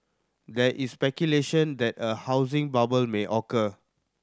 there is speculation that a housing bubble may occur